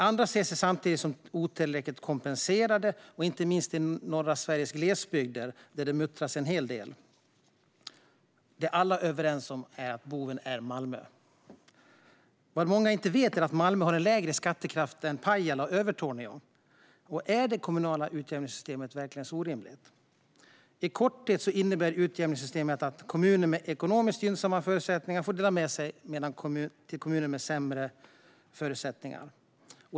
Andra ser sig samtidigt som otillräckligt kompenserade, inte minst i norra Sveriges glesbygder där det muttras en hel del. Det alla är överens om är att boven i dramat är Malmö. Vad många inte vet är att Malmö har lägre skattekraft än Pajala och Övertorneå. Är det kommunala utjämningssystemet verkligen så orimligt? I korthet innebär utjämningssystemet att kommuner med ekonomiskt gynnsamma förutsättningar får dela med sig till kommuner med sämre förutsättningar.